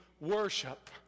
worship